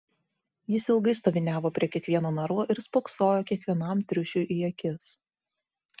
jis ilgai stoviniavo prie kiekvieno narvo ir spoksojo kiekvienam triušiui į akis